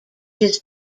his